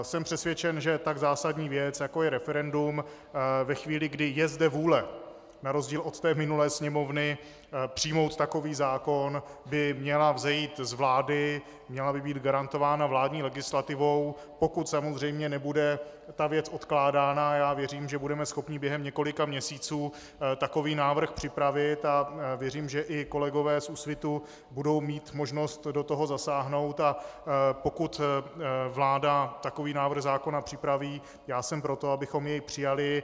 Jsem přesvědčen, že tak zásadní věc, jako je referendum ve chvíli, kdy je zde vůle na rozdíl od minulé Sněmovny přijmout takový zákon, by měla vzejít z vlády, měla by být garantována vládní legislativou, pokud samozřejmě nebude ta věc odkládána, a já věřím, že budeme schopni během několika měsíců takový návrh připravit, a věřím, že i kolegové z Úsvitu budou mít možnost do toho zasáhnout, a pokud vláda takový návrh zákona připraví, já jsem pro to, abychom jej přijali.